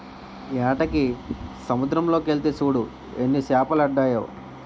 ఏటకి సముద్దరం లోకెల్తే సూడు ఎన్ని పెద్ద సేపలడ్డాయో